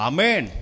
Amen